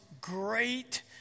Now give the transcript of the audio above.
great